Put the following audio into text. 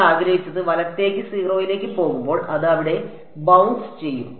നിങ്ങൾ ആഗ്രഹിച്ചത് വലത്തേക്ക് 0 ലേക്ക് പോകുമ്പോൾ അത് അവിടെ ബൌൺസ് ചെയ്യും